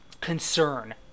concern